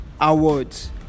Awards